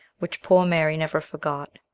which poor mary never forgot.